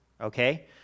Okay